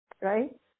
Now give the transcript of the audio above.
Right